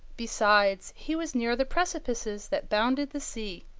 besides, he was near the precipices that bounded the sea,